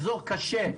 אזור קשה,